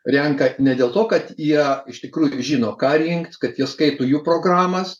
renka ne dėl to kad jie iš tikrųjų žino ką rinkt kad jie skaito jų programas